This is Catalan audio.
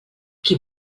qui